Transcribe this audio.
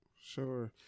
Sure